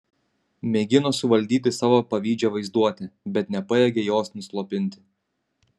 mėgino suvaldyti savo pavydžią vaizduotę bet nepajėgė jos nuslopinti